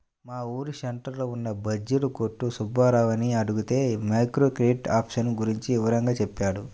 మా ఊరు సెంటర్లో ఉన్న బజ్జీల కొట్టు సుబ్బారావుని అడిగితే మైక్రో క్రెడిట్ ఆప్షన్ గురించి వివరంగా చెప్పాడు